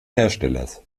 herstellers